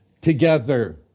together